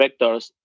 vectors